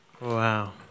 Wow